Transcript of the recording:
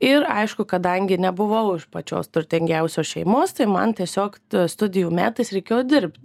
ir aišku kadangi nebuvau iš pačios turtingiausios šeimos tai man tiesiog studijų metais reikėjo dirbt